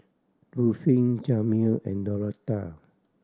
Ruffin Jameel and Dorotha